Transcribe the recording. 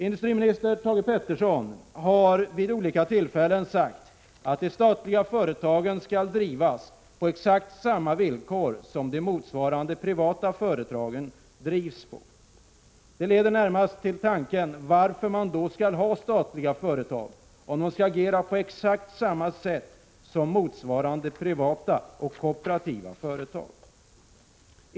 Industriminister Thage Peterson har vid olika tillfällen sagt att de statliga företagen skall drivas på exakt samma villkor som motsvarande privata företag. Det leder närmast till tanken varför man då skall ha statliga företag, om de skall agera på exakt samma sätt som motsvarande privata och kooperativa företag.